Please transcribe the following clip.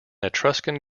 etruscan